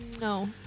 No